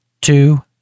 two